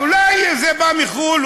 אולי זה בא מחו"ל,